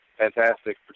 Fantastic